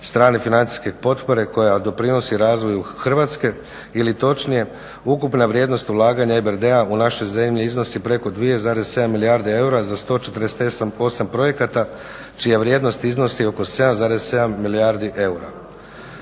strane financijske potpore koja doprinosi razvoju Hrvatske ili točnije ukupna vrijednost ulaganja EBRD-a u našoj zemlji iznosi preko 2,7 milijardi eura za 148 projekata čija vrijednost iznosi oko 7,7 milijardi eura.